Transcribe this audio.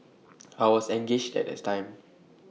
I was engaged at that time